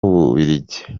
bubiligi